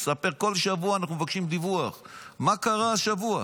כל שבוע אנחנו מבקשים דיווח מה קרה השבוע,